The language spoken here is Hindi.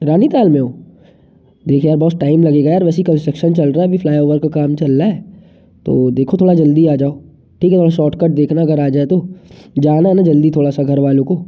रानीताल में हो देख यार बस टाइम लगेगा और वैसे ही कंस्ट्रक्शन चल रहा है अभी फ्लाई ऑवर पे काम चल रहा है तो देखो थोड़ा जल्दी आ जाओ ठीक है शोर्ट कट देखना अगर आ जाए तो जाना नहीं जल्दी थोड़ा सा घरवालों को